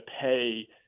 pay